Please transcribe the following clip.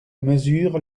mesure